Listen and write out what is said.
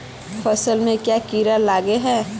फसल में क्याँ कीड़ा लागे है?